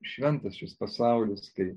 šventas šis pasaulis kai